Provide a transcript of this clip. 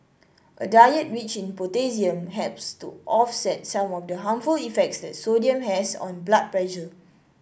a diet rich in potassium helps to offset some of the harmful effects that sodium has on blood pressure